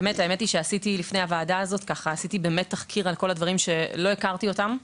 עשיתי לפני הדיון הזה תחקיר על כל הדברים שלא הכרתי אותם.